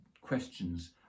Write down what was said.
questions